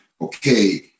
okay